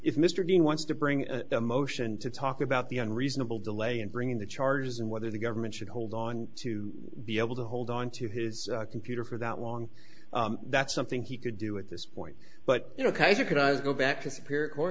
if mr dean wants to bring a motion to talk about the unreasonable delay in bringing the charges and whether the government should hold on to be able to hold onto his computer for that long that's something he could do at this point but you know